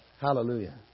Hallelujah